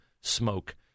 smoke